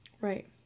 Right